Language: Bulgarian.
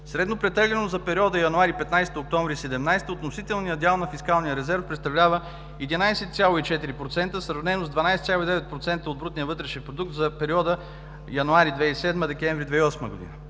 Средно претеглено за периода януари – 15 октомври 2017 г. относителният дял на фискалния резерв представлява 1,4% сравнено с 12,9% от брутния вътрешен продукт за периода януари 2007 г. – декември 2008 г.